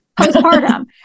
postpartum